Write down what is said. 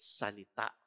salita